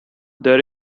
there